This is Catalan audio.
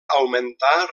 augmentar